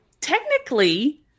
technically